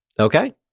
Okay